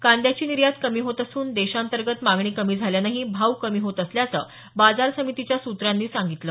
कांद्याची निर्यात कमी होत असून देशांतर्गत मागणी कमी झाल्यानेही भाव कमी होत असल्याचं बाजार समितीच्या सूत्रांनी सांगितलं